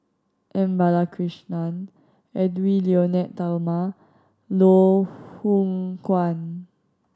M Balakrishnan Edwy Lyonet Talma Loh Hoong Kwan